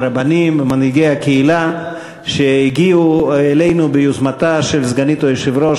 הרבנים ומנהיגי הקהילה שהגיעו אלינו ביוזמתה של סגנית היושב-ראש,